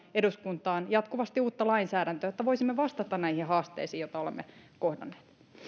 eduskuntaan jatkuvasti uutta lainsäädäntöä jotta voisimme vastata näihin haasteisiin joita olemme kohdanneet